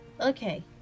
okay